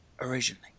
originally